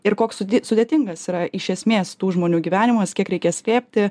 ir koks sudėtingas yra iš esmės tų žmonių gyvenimas kiek reikia slėpti